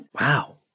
wow